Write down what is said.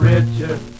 Richard